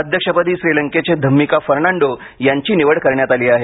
अध्यक्षपदी श्रीलंकेचे धम्मिका फर्नांडो यांची निवड करण्यात आली आहे